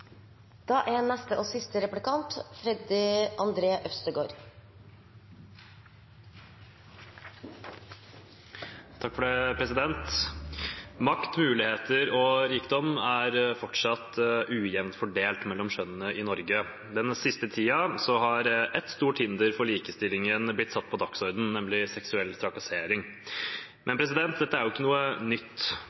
Makt, muligheter og rikdom er fortsatt ujevnt fordelt mellom kjønnene i Norge. Den siste tiden har et stort hinder for likestilling blitt satt på dagsordenen, nemlig seksuell trakassering. Men dette er ikke noe nytt.